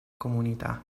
comunità